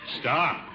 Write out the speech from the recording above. stop